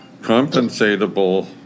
compensatable